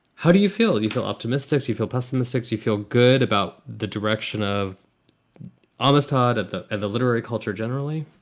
how do you feel? you feel optimistic. you feel pessimistic. you feel good about the direction of almost hard of of the literary culture generally